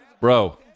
Bro